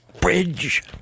Bridge